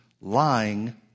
lying